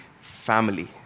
family